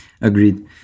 agreed